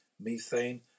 methane